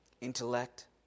intellect